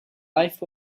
life